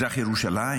במזרח ירושלים.